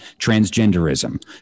transgenderism